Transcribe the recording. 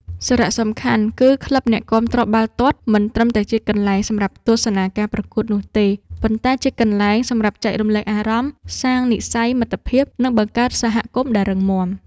សារសំខាន់ គឺក្លឹបអ្នកគាំទ្របាល់ទាត់មិនត្រឹមតែជាកន្លែងសម្រាប់ទស្សនាការប្រកួតនោះទេ ប៉ុន្តែជាកន្លែងសម្រាប់ចែករំលែកអារម្មណ៍ សាងនិស្ស័យមិត្តភាព និងបង្កើតសហគមន៍ដែលរឹងមាំ។